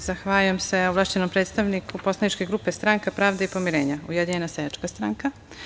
Zahvaljujem se ovlašćenom predstavniku poslaničke grupe Stranka pravde i pomirenja - Ujedinjena seljačka stranka.